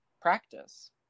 practice